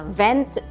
vent